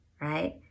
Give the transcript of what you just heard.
right